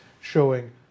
showing